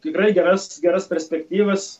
tikrai geras geras perspektyvas